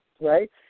right